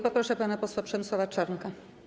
Poproszę pana posła Przemysława Czarnka.